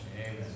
Amen